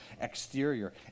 exterior